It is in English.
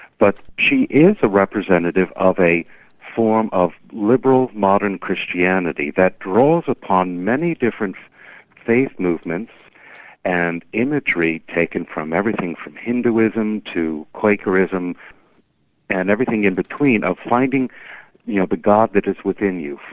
but she is a representative of a form of liberal modern christianity that draws upon many different faith movements and imagery taken from everything from hinduism to quakerism and everything in between of finding yeah the god that is within you.